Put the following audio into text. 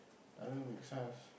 doesn't make sense